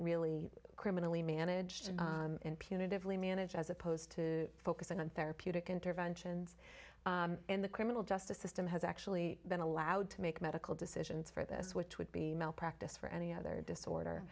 really criminally managed in punitively managed as opposed to focusing on therapeutic interventions and the criminal justice system has actually been allowed to make medical decisions for this which would be malpractise for any other disorder